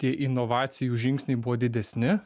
tie inovacijų žingsniai buvo didesni